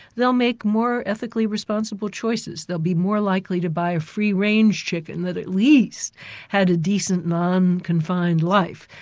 they'll make more ethically responsible choices. they'll be more likely to buy free range chicken that at least had a decent, non-confined life.